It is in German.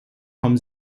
vom